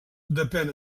depèn